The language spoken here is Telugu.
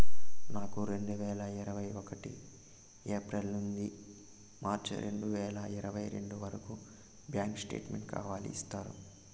నాకు రెండు వేల ఇరవై ఒకటి ఏప్రిల్ నుండి మార్చ్ రెండు వేల ఇరవై రెండు వరకు బ్యాంకు స్టేట్మెంట్ కావాలి ఇస్తారా